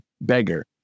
beggar